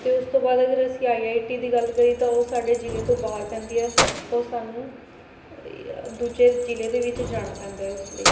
ਅਤੇ ਉਸ ਤੋਂ ਬਾਅਦ ਅਗਰ ਅਸੀਂ ਆਈ ਆਈ ਟੀ ਦੀ ਗੱਲ ਕਰੀਏ ਤਾਂ ਉਹ ਸਾਡੇ ਜ਼ਿਲ੍ਹੇ ਤੋਂ ਬਾਹਰ ਪੈਂਦੀ ਹੈ ਉਹ ਸਾਨੂੰ ਦੂਜੇ ਜ਼ਿਲ੍ਹੇ ਦੇ ਵਿੱਚ ਜਾਣਾ ਪੈਂਦਾ ਹੈ ਉਸ ਲਈ